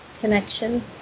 connection